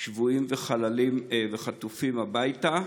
שבויים וחטופים הביתה,